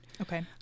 Okay